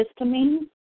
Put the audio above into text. histamine